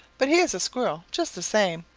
but he is a squirrel just the same.